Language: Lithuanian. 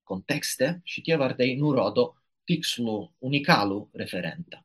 kontekste šitie vardai nurodo tikslų unikalų referentą